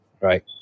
right